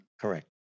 Correct